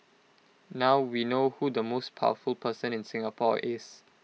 now we know who the most powerful person in Singapore is